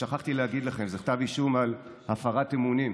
שכחתי להגיד לכם, זה כתב אישום על הפרת אמונים,